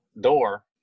door